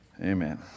Amen